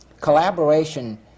collaboration